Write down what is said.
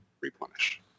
replenish